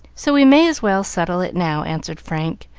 so we may as well settle it now, answered frank,